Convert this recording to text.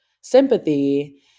sympathy